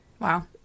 Wow